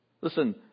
Listen